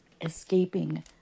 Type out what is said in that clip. escaping